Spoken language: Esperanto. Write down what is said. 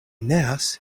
neas